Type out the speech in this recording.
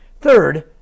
Third